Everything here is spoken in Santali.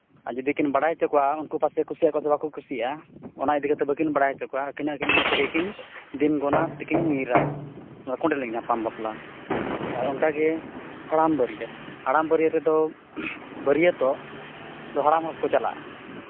ᱟᱨ ᱡᱩᱫᱤ ᱠᱤᱱ ᱵᱟᱲᱟᱭ ᱦᱚᱪᱚ ᱠᱚᱣᱟ ᱩᱱᱠᱩ ᱯᱟᱥᱮᱡ ᱠᱩᱥᱤᱜᱼᱟᱠᱚ ᱥᱮ ᱵᱟᱠᱚ ᱠᱩᱥᱤᱜᱼᱟ ᱚᱱᱟ ᱤᱫᱤ ᱠᱟᱛᱮᱫ ᱵᱟᱹᱠᱤᱱ ᱵᱟᱲᱟᱭ ᱦᱚᱪᱚ ᱠᱚᱣᱟ ᱟᱹᱠᱤᱱᱟᱜ ᱟᱹᱠᱤᱱ ᱢᱚᱱᱮ ᱛᱮᱜᱮᱠᱤᱱ ᱫᱤᱱ ᱜᱤᱱᱟ ᱛᱮᱠᱤᱱ ᱧᱤᱨᱟ ᱱᱚᱣᱟ ᱠᱚᱸᱰᱮᱞ ᱧᱟᱯᱟᱢ ᱵᱟᱯᱞᱟ ᱟᱨ ᱚᱱᱠᱟ ᱜᱮ ᱦᱟᱲᱟᱢ ᱵᱟᱹᱨᱭᱟᱹᱛ ᱦᱟᱲᱟᱢ ᱵᱟᱹᱨᱭᱟᱹᱛ ᱨᱮᱫᱚ ᱵᱟᱹᱨᱭᱟᱹᱛᱚᱜ ᱫᱚ ᱦᱟᱲᱟᱢ ᱦᱚᱲ ᱠᱚ ᱪᱟᱞᱟᱜᱼᱟ